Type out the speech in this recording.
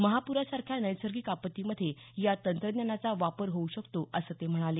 महाप्रासारख्या नैसर्गिक आपत्तीमध्ये या तंत्रज्ञानाचा वापर होऊ शकतो असं ते म्हणाले